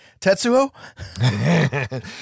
tetsuo